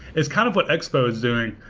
is kind of what expo is doing.